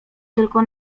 tylko